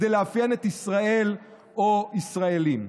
כדי לאפיין את ישראל או ישראלים,